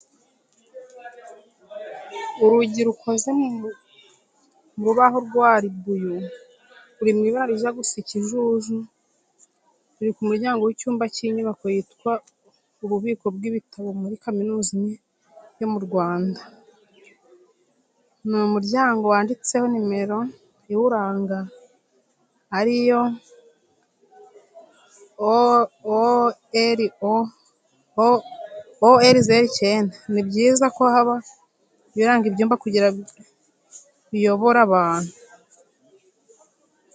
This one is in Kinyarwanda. Urugi rukoze mu rubahu rwa ribuyu ruri mu ibara rijya gusa ikijuju ruri ku muryango w'icyumba cy'inyubako yitwa ububiko bw'ibitabo muri kaminuza imwe yo mu Rwanda. Ni umuryango wanditseho nimero iwuranga ari yo "OR09''. Ni byiza ko haba ibiranga ibyumba kugirango biyobore abantu.